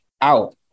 out